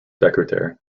secretary